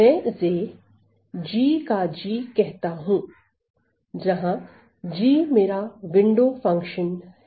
मैं इसे g का g कहता हूं जहां g मेरा विंडो फंक्शन है